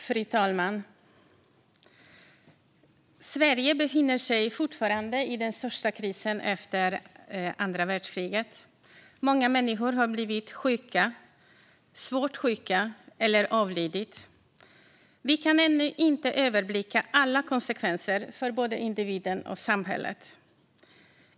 Fru talman! Sverige befinner sig fortfarande i den största krisen sedan andra världskriget. Många människor har blivit svårt sjuka eller avlidit. Vi kan ännu inte överblicka alla konsekvenser för individen och samhället.